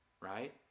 right